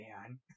man